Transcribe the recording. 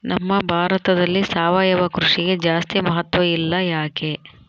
ನಮ್ಮ ಭಾರತದಲ್ಲಿ ಸಾವಯವ ಕೃಷಿಗೆ ಜಾಸ್ತಿ ಮಹತ್ವ ಇಲ್ಲ ಯಾಕೆ?